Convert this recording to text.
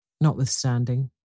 Notwithstanding